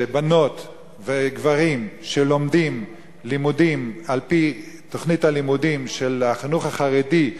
שבנות וגברים שלומדים לימודים על-פי תוכנית הלימודים של החינוך החרדי,